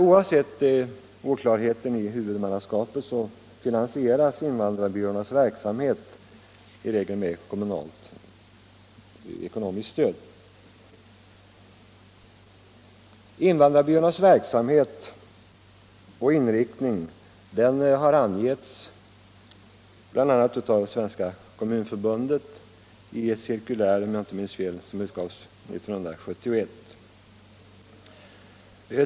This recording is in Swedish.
Oavsett oklarheten om huvudmannaskapet finansieras invandrarbyråernas verksamhet i regel genom kommunalt ekonomiskt stöd. Invandrarbyråernas verksamhet och inriktning har angetts bl.a. av Svenska kommunförbundet i ett cirkulär som om jag inte minns fel utgavs 1971.